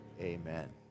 amen